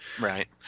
Right